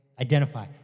Identify